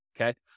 okay